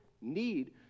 need